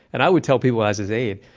and i would tell people, as his aide,